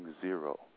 zero